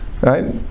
Right